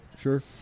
Sure